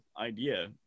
idea